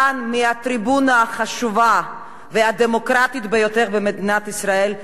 כאן מהטריבונה החשובה והדמוקרטית ביותר במדינת ישראל,